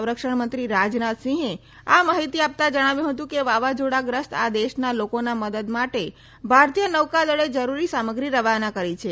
સંરક્ષણ મંત્રી રાજનાથસિંહે આ માહિતી આપતાં જણાવ્યું હતું કે વાવાઝોડા ગ્રસ્ત આ દેશના લોકોના મદદ માટે ભારતીય નૌકાદળે જરૂરી સામગ્રી રવાના કરી છે